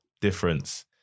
difference